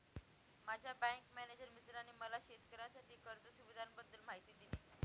माझ्या bank manager मित्राने मला शेतकऱ्यांसाठी कर्ज सुविधांबद्दल माहिती दिली